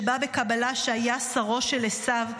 שבא בקבלה שהיה שרו של עשיו,